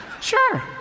Sure